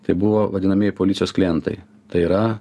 tai buvo vadinamieji policijos klientai tai yra